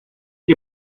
que